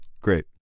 Great